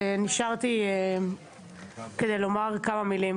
נשארתי כדי לומר כמה מילים.